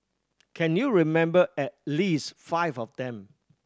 can you remember at least five of them